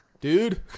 Dude